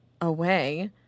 away